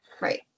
Right